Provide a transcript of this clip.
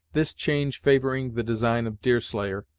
this change favoring the design of deerslayer,